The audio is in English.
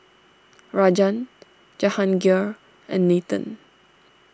Rajan Jahangir and Nathan